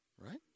right